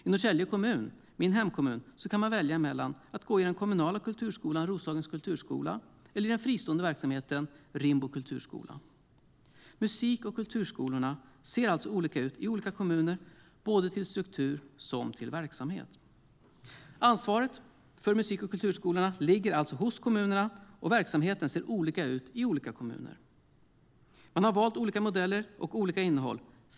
I Norrtälje kommun, min hemkommun, kan man välja mellan den kommunala kulturskolan, Roslagens Kulturskola, och den fristående verksamheten Rimbo Kulturskola.Musik och kulturskolorna ser alltså olika ut i olika kommuner, vad gäller både struktur och verksamhet. Ansvaret för musik och kulturskolorna ligger alltså hos kommunerna, och verksamheten ser olika ut i olika kommuner. Man har valt olika modeller och olika innehåll.